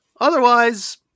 Otherwise